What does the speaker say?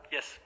Yes